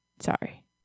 Sorry